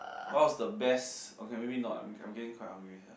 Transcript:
what was the best okay maybe not I am I am getting quite hungry sia